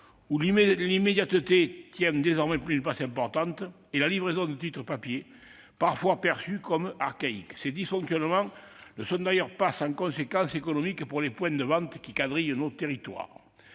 qui l'immédiateté tient désormais une place importante, et la livraison de titres papiers, parfois perçue comme archaïque. Ces dysfonctionnements ne sont d'ailleurs pas sans conséquences économiques pour les points de vente qui quadrillent nos territoires.